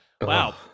Wow